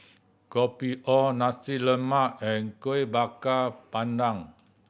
Kopi O Nasi Lemak and Kuih Bakar Pandan